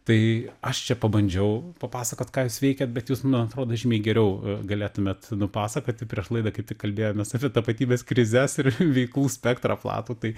tai aš čia pabandžiau papasakot ką jūs veikiat bet jūs man atrodo žymiai geriau galėtumėt nupasakoti prieš laidą kaip tik kalbėjomės apie tapatybės krizes ir veiklų spektrą platų tai